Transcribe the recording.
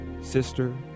sister